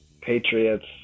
Patriots